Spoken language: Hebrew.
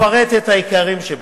אפרט את העיקריים שבהם: